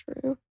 true